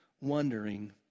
wondering